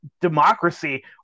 democracy